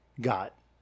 got